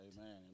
amen